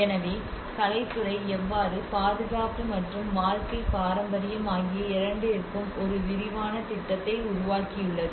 எனவே கலைத்துறை எவ்வாறு பாதுகாப்பு மற்றும் வாழ்க்கை பாரம்பரியம் ஆகிய இரண்டிற்கும் ஒரு விரிவான திட்டத்தை உருவாக்கியுள்ளது